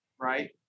right